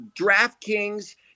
DraftKings